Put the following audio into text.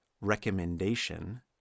recommendation